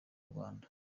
rwanda